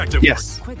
Yes